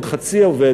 עוד חצי עובד,